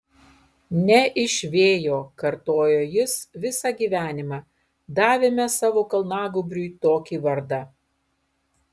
ne iš vėjo kartojo jis visą gyvenimą davėme savo kalnagūbriui tokį vardą